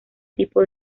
tipo